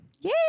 Yay